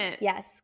Yes